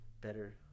better